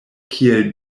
kiel